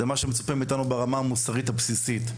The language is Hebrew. ברמה המוסרית הבסיסית.